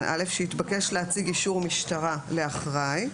(א) שהתבקש להציג אישור משטרה לאחראי,